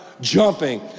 jumping